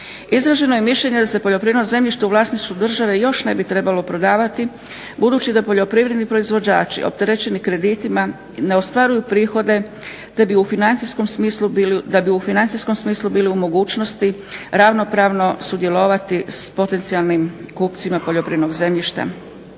Izraženo je mišljenje da se poljoprivredno zemljište u vlasništvu države još ne bi trebalo prodavati budući da poljoprivredni proizvođači opterećeni kreditima ne ostvaruju prihode te bi u financijskom smislu bili u mogućnosti ravnopravno sudjelovati s potencijalnim kupcima poljoprivrednog zemljište.